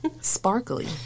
sparkly